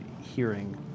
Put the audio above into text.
hearing